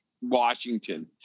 washington